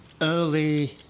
early